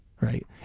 Right